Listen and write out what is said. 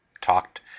talked